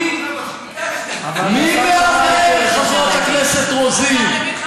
מי מהמר, חברת הכנסת רוזין,